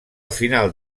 final